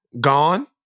Gone